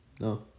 no